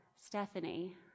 Stephanie